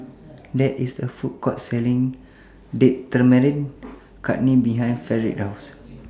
There IS A Food Court Selling Date Tamarind Chutney behind Fredric's House